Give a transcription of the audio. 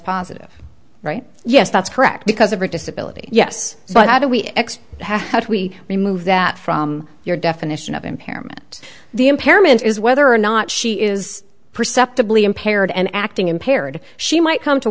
positive right yes that's correct because of her disability yes but how do we x how do we remove that from your definition of impairment the impairment is whether or not she is perceptibly impaired and acting impaired she might come to